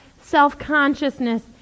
self-consciousness